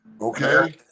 Okay